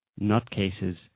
nutcases